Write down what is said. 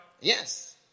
Yes